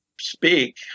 speak